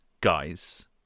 guys